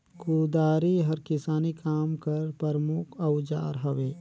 कुदारी हर किसानी काम कर परमुख अउजार हवे